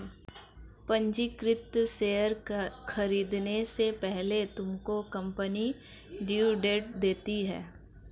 पंजीकृत शेयर खरीदने से पहले तुमको कंपनी डिविडेंड देती है